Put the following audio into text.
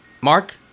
Mark